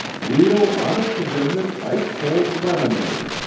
real, honest-to-goodness ice-cold lemonade.